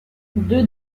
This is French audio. deux